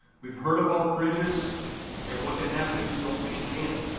we've heard about bridges and what can happen if you don't maintain them,